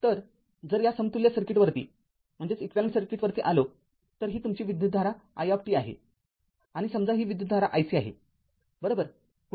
तरजर या समतुल्य सर्किटवरती आलो तर ही तुमची विद्युतधारा i आहेआणि समजा ही विद्युतधारा iC आहेबरोबर